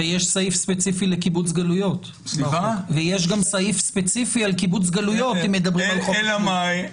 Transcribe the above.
ויש סעיף ספציפי על קיבוץ גלויות אם מדברים על חוק השבות.